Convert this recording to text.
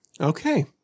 Okay